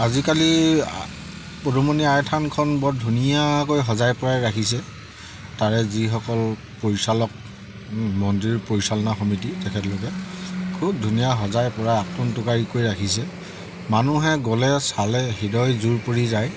আজিকালি পদুমণি আই থানখন বৰ ধুনীয়াকৈ সজাই পৰাই ৰাখিছে তাৰে যিসকল পৰিচালক মন্দিৰ পৰিচালনা সমিতি তেখেতলোকে খুব ধুনীয়া সজাই পৰাই আটোমটোকাৰীকৈ ৰাখিছে মানুহে গ'লে চালে হৃদয় জুৰ পৰি যায়